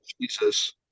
jesus